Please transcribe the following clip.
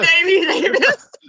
Davis